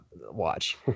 watch